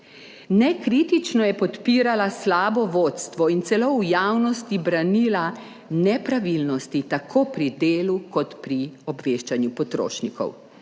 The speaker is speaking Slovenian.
Nekritično je podpirala slabo vodstvo in celo v javnosti branila nepravilnosti tako pri delu kot pri obveščanju potrošnikov.